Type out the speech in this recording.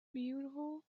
beautiful